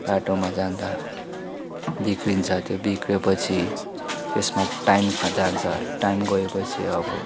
बाटोमा जाँदा बिग्रिन्छ त्यो बिग्रिएपछि त्यसमा टाइम जान्छ टाइम गएपछि अब